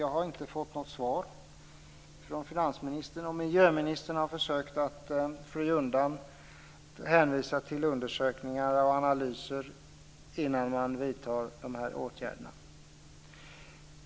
Jag har inte fått något svar från finansministern, och miljöministern har försökt att fly undan med hänvisning till undersökningar och analyser innan en sådan här åtgärd vidtas.